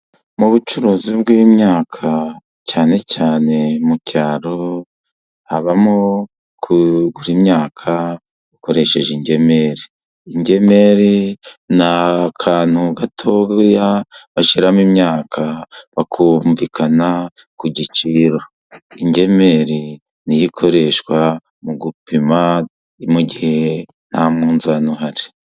Mu bucuruzi bw'imyaka cyane cyane mu cyaro, habamo kugura imyaka ukoresheje ingemeri. Ingeneri ni akantu gatoya bashyiramo imyaka bakumvikana ku giciro. Ingemeri ni yo ikoreshwa mu gupima, mu gihe nta munzani uhari.